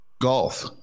golf